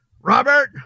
Robert